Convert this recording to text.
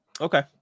Okay